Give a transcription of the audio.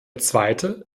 zweite